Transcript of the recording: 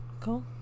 Cool